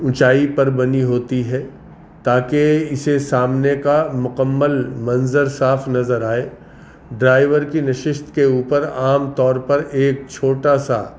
اونچائی پر بنی ہوتی ہے تاکہ اسے سامنے کا مکمل منظر صاف نظر آئے ڈرائیور کی نشست کے اوپر عام طور پر ایک چھوٹا سا